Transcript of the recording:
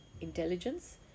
intelligence